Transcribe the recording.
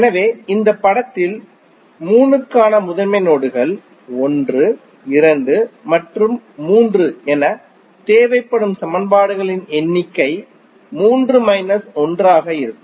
எனவே இந்த படத்தில் 3 க்கான முதன்மை நோடுகள் 1 2 மற்றும் 3 எனவே தேவைப்படும் சமன்பாடுகளின் எண்ணிக்கை 3 மைனஸ் 1 ஆக இருக்கும்